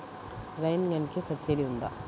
Rain గన్కి subsidy ఉందా?